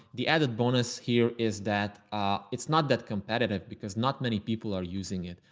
the added bonus here is that it's not that competitive because not many people are using it.